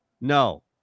No